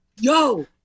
Yo